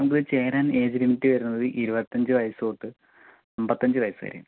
നമുക്കിത് ചേരാൻ age limit വരുന്നത് ഇരുപത്തഞ്ച് വയസ്സ് തൊട്ട് അൻപത്തഞ്ച് വയസ്സ് വരെ